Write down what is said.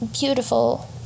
beautiful